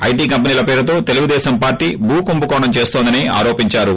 IT కంపినీల పేరుతో Telugu Desam party భూకుంభకోణం చేస్తుందని ఆరోపించారు